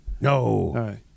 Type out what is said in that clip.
No